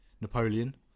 Napoleon